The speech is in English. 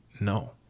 no